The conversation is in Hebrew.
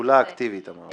תחולה אקטיבית, אמרנו.